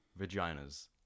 vaginas